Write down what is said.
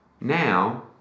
Now